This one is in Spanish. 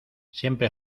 siempre